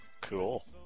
Cool